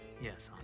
Yes